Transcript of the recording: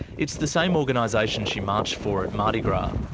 it's the same organisation she marched for at mardi gras.